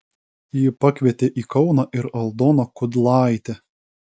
ji pakvietė į kauną ir aldoną kudlaitę